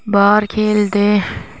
बाहर खेलदे